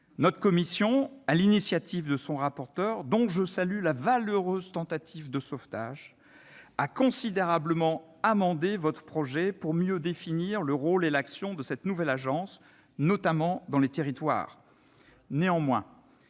d'État »... Sur l'initiative de son rapporteur, dont je salue la valeureuse tentative de sauvetage, notre commission a considérablement amendé votre projet pour mieux définir le rôle et l'action de cette nouvelle agence, notamment dans les territoires.